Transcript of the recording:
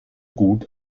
gut